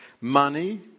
money